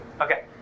Okay